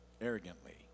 arrogantly